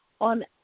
on